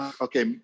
okay